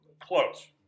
Close